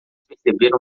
perceberam